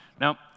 Now